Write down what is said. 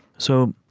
so